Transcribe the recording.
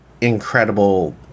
incredible